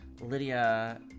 Lydia